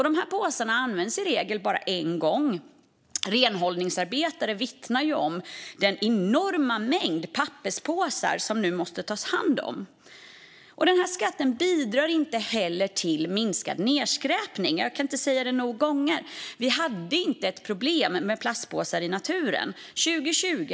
Dessa påsar används i regel bara en gång, och renhållningsarbetare vittnar om den enorma mängd papperspåsar som nu måste tas om hand. Skatten bidrar inte heller till minskad nedskräpning; jag kan inte säga det nog många gånger. Vi hade nämligen inget problem med plastpåsar i naturen.